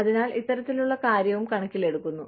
അതിനാൽ ഇത്തരത്തിലുള്ള കാര്യവും കണക്കിലെടുക്കുന്നു